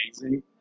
amazing